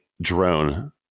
drone